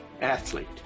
athlete